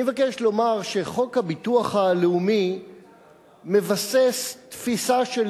אני מבקש לומר שחוק הביטוח הלאומי מבסס תפיסה של